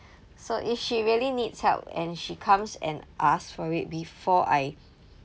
so if she really needs help and she comes and asks for it before I